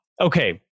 Okay